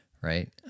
right